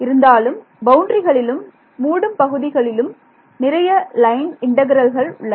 இருந்தாலும் பவுண்டரிகளிலும் மூடும் பகுதிகளிலும் நிறைய லைன் இன்டெக்ரல்கள் உள்ளன